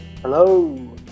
Hello